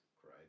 Cried